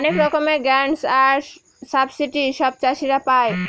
অনেক রকমের গ্রান্টস আর সাবসিডি সব চাষীরা পাই